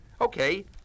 Okay